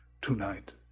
tonight